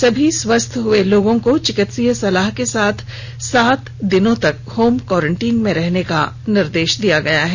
सभी स्वस्थ हुए लोगों को चिकित्सीय सलाह के साथ साथ सात दिनों तक होम क्वॉरेंटाइन में रहने का निर्देश दिया गया है